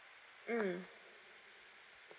mm